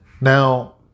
now